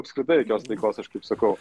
apskritai jokios taikos aš kaip sakau